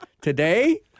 today